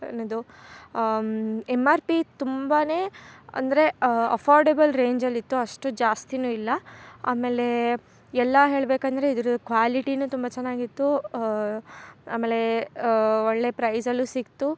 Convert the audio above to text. ಏನಿದು M R P ತುಂಬಾ ಅಂದರೆ ಆಫ್ಫೋರ್ಡಬಲ್ ರೇಂಜಲ್ಲಿ ಇತ್ತು ಅಷ್ಟು ಜಾಸ್ತಿ ಇಲ್ಲ ಆಮೇಲೇ ಎಲ್ಲ ಹೇಳಬೇಕಂದ್ರೆ ಇದರದು ಕ್ವಾಲಿಟಿನು ತುಂಬ ಚೆನ್ನಾಗಿತ್ತು ಅಮೇಲೇ ಒಳ್ಳೆ ಪ್ರೈಸಲ್ಲು ಸಿಕ್ತು